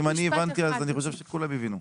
כי אם אני הבנתי, אז אני חושב שכולנו הבינו.